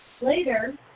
Later